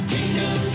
Kingdom